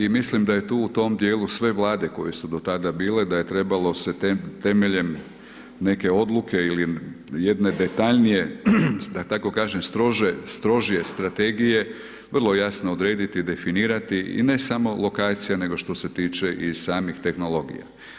I mislim da je tu u tom dijelu, sve vlade koje su do tada bile, da je trebalo se temeljem neke odluke ili jedne detaljnije, da tako kažem, strože strategije, vrlo jasno odrediti, definirati i ne samo lekcija, nego što se tiče i samih tehnologija.